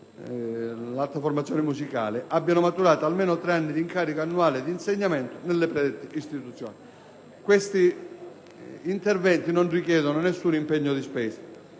l'alta formazione musicale - «abbiano maturato almeno tre anni di incarico annuale di insegnamento nelle predette istituzioni». Questi interventi non richiedono alcun impegno di spesa.